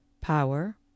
power